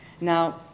now